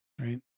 Right